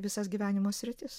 visas gyvenimo sritis